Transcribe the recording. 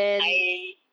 I